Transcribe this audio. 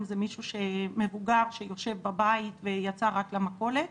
זה מישהו מבוגר שיושב בבית ויצא רק למכולת,